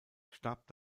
starb